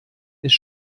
ist